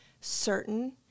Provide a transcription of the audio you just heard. certain